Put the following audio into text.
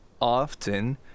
often